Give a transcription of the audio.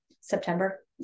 September